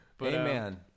Amen